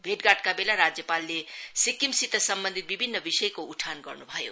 भेटघातका बेला राज्यपालले सिक्किमसित सम्बन्धीत विभिन्न विषयको उठान गर्न् भयो